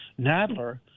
Nadler